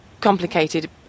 complicated